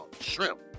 shrimp